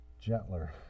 gentler